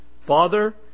Father